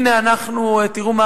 הנה, תראו מה